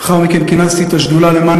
לאחר מכן כינסתי את השדולה למען